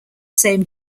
same